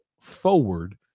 forward